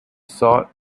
sought